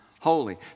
holy